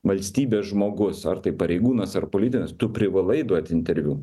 valstybės žmogus ar tai pareigūnas ar politinis tu privalai duoti interviu